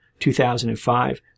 2005